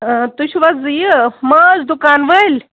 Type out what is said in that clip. اۭں تُہۍ چھُو حظ یہِ ماز دُکان وٲلۍ